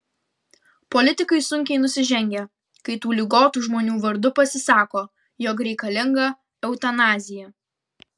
politikai sunkiai nusižengia kai tų ligotų žmonių vardu pasisako jog reikalinga eutanazija